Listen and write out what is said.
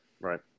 right